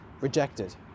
rejected